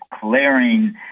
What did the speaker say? clearing